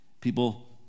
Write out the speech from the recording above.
People